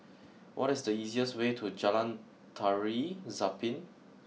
what is the easiest way to Jalan Tari Zapin